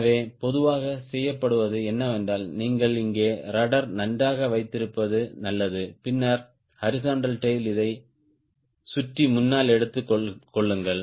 எனவே பொதுவாக செய்யப்படுவது என்னவென்றால் நீங்கள் இங்கே ரட்ட்ர் நன்றாக வைத்திருப்பது நல்லது பின்னர் ஹாரிஸ்ன்ட்டல் டேய்ல் இதை சற்று முன்னால் எடுத்துக் கொள்ளுங்கள்